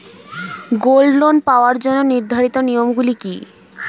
Gold loan পাওয়ার জন্য নির্ধারিত নিয়ম গুলি কি?